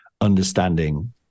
understanding